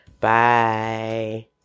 Bye